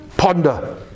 Ponder